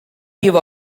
give